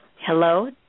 Hello